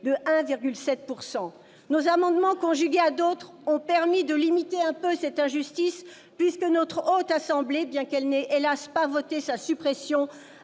de 1,7 %. Nos amendements, conjugués à d'autres, ont permis de limiter un peu cette injustice. Ainsi, la Haute Assemblée, bien qu'elle n'ait hélas pas voté sa suppression,